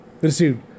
received